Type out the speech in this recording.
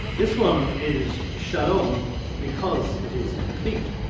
this one is shalom because it is complete